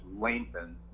lengthen